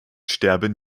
sterben